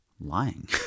lying